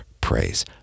praise